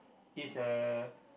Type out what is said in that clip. is uh